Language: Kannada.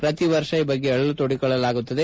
ಪ್ರತಿವರ್ಷ ಈ ಬಗ್ಗೆ ಅಳಲು ತೊಡಿಕೊಳ್ಳಲಾಗುತ್ತದೆ